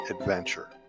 adventure